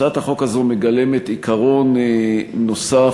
הצעת החוק הזאת מגלמת עיקרון נוסף,